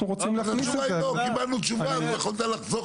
אנחנו רוצים להכניס את זה --- קיבלנו תשובה.